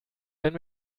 wenn